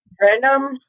Random